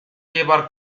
llevar